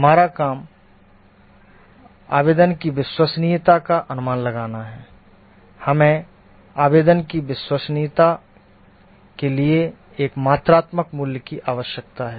हमारा काम आवेदन की विश्वसनीयता का अनुमान लगाना है हमें आवेदन की विश्वसनीयता के लिए एक मात्रात्मक मूल्य की आवश्यकता है